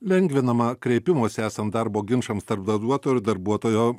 lengvinama kreipimosi esant darbo ginčams tarp darbuotojo ir darbuotojo